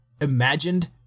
imagined